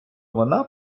вона